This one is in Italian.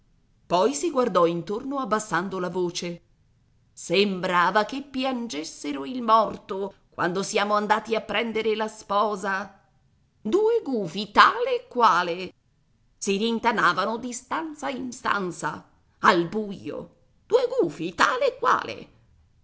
poi si guardò intorno abbassando la voce sembrava che piangessero il morto quando siamo andati a prendere la sposa due gufi tale e quale si rintanavano di stanza in stanza al buio due gufi tale e quale